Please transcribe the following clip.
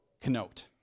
connote